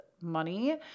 money